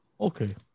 Okay